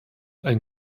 ein